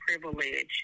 privilege